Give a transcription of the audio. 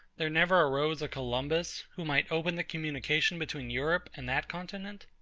there never arose a columbus, who might open the communication between europe and that continent?